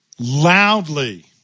Loudly